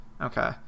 Okay